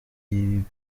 y’igihugu